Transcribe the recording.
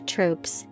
Troops